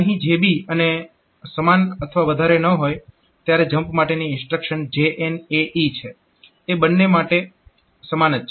અહીં JB અને સમાન અથવા વધારે ન હોય ત્યારે જમ્પ માટેની ઇન્સ્ટ્રક્શન JNAE એ બંને સમાન જ છે